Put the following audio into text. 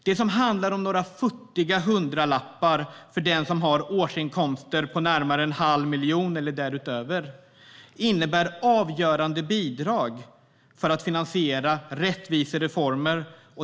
Det som handlar om några futtiga hundralappar för den som har årsinkomster på närmare en halv miljon eller mer innebär avgörande bidrag för att finansiera rättvisereformer.